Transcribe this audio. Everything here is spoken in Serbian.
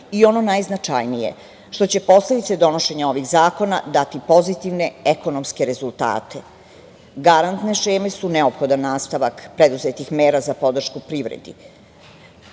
i, ono najznačajnije, što će posledice donošenja ovih zakona dati pozitivne ekonomske rezultate. Garantne šeme su neophodan nastavak preduzetih meta za podršku privredi. Namena